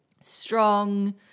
strong